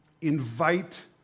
Invite